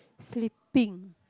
sleeping